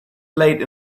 late